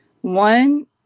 One